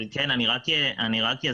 כן, אני רק אסביר.